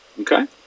Okay